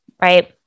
right